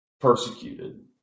persecuted